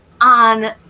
on